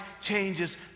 changes